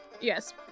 Yes